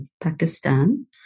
Pakistan